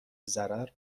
ضرر